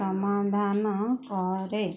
ସମାଧାନ କରେ